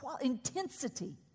intensity